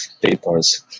papers